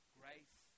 grace